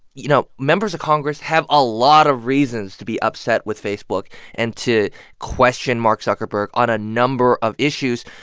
you know, members of congress have a lot of reasons to be upset with facebook and to question mark zuckerberg on a number of issues,